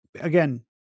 Again